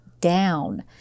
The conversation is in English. down